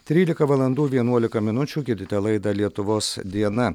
trylika valandų vienuolika minučių girdite laidą lietuvos diena